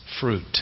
fruit